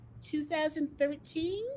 2013